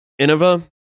Innova